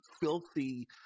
filthy